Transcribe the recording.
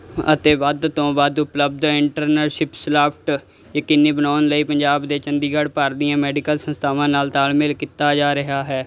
ਅਤੇ ਵੱਧ ਤੋਂ ਵੱਧ ਉਪਲਬਧ ਇੰਟਰਨਲਸ਼ਿਪ ਸਲਾਫਟ ਯਕੀਨੀ ਬਣਾਉਣ ਲਈ ਪੰਜਾਬ ਦੇ ਚੰਡੀਗੜ੍ਹ ਭਰ ਦੀਆਂ ਮੈਡੀਕਲ ਸੰਸਥਾਵਾਂ ਨਾਲ ਤਾਲਮੇਲ ਕੀਤਾ ਜਾ ਰਿਹਾ ਹੈ